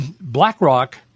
BlackRock